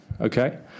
okay